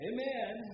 Amen